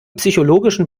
psychologischen